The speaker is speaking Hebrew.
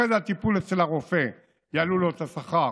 אחרי זה הטיפול אצל הרופא יעלו לו את השכר